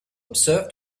observe